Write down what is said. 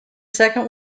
second